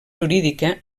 jurídica